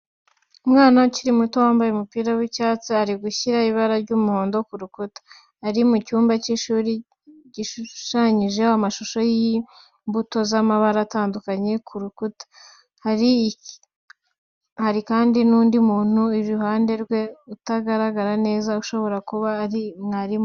Umwana ukiri muto wambaye umupira w'icyatsi ari gushyira ibara ry'umuhondo ku rukuta. Ari mu cyumba cy'ishuri gishushanyijeho amashusho y'imbuto z'amabara atandukanye ku rukuta. Hari kandi n'undi muntu iruhande rwe utagaragara neza, ushobora kuba ari umwarimu we.